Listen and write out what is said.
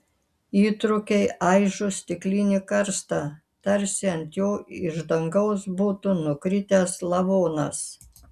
įtrūkiai aižo stiklinį karstą tarsi ant jo iš dangaus būtų nukritęs lavonas